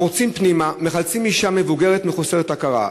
פורצים פנימה ומחלצים אישה מבוגרת מחוסרת הכרה.